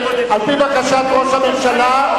על-פי בקשת ראש הממשלה,